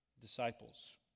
disciples